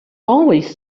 always